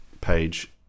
page